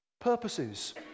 purposes